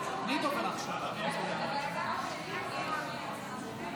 את רוצה לעבור לנושא הבא